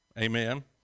Amen